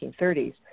1930s